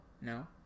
no